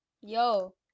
yo